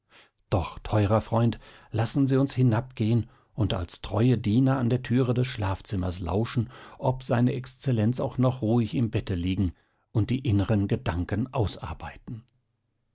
doch teurer freund lassen sie uns hinabgehen und als treue diener an der türe des schlafzimmers lauschen ob se exzellenz auch noch ruhig im bette liegen und die inneren gedanken ausarbeiten